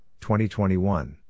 2021